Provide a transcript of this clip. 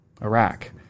Iraq